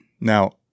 Now